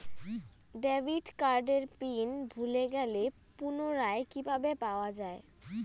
Debit কার্ডের pin ভুলে গেলে পুনরায় কিভাবে পাওয়া য়ায়?